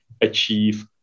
achieve